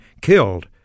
killed